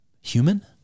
human